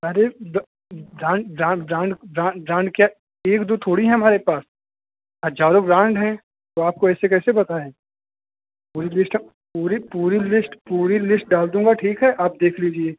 अरे जान जान जान जान जान के एक दो थोड़ी हैं हमारे पास हज्जारों ब्राण्ड हैं तो आपको ऐसे कैसे बताएँ पूरी लिस्ट हम पूरी पूरी लिस्ट पूरी लिस्ट डाल दूँगा ठीक है आप देख लीजिए